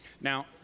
Now